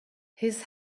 his